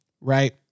right